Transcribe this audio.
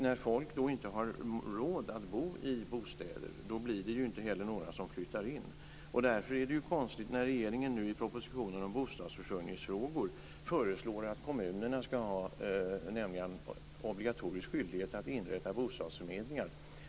När folk inte har råd att bo i hyreslägenheter blir det ju inte heller några som flyttar in. Därför är det konstigt att regeringen nu i propositionen om bostadsförsörjningsfrågor föreslår att kommunerna ska ha en obligatorisk skyldighet att inrätta bostadsförmedlingar.